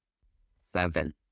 Seven